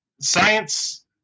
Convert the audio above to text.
science